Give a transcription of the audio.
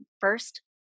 first